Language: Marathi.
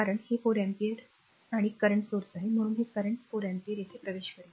हे 4 अँपिअर आणि करंट स्त्रोत आहे म्हणून हे करंट 4 अँपिअर येथे प्रवेश करत आहे